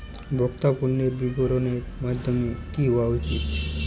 ভোক্তা পণ্যের বিতরণের মাধ্যম কী হওয়া উচিৎ?